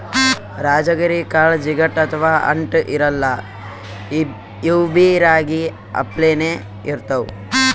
ರಾಜಗಿರಿ ಕಾಳ್ ಜಿಗಟ್ ಅಥವಾ ಅಂಟ್ ಇರಲ್ಲಾ ಇವ್ಬಿ ರಾಗಿ ಅಪ್ಲೆನೇ ಇರ್ತವ್